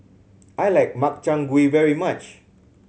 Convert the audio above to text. I like Makchang Gui very much